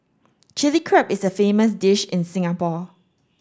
Chilli Crab is a famous dish in Singapore